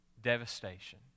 devastation